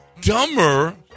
dumber